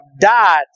died